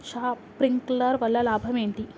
Sprinkler వల్ల లాభం ఏంటి?